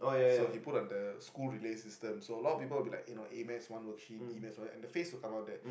so he put on the school relay system so a lot of people will be like eh no A-math one worksheet E-math one worksheet then the face will come out there